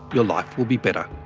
your life will be better.